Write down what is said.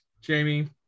Jamie